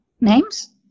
names